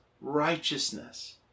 righteousness